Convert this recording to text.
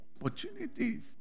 opportunities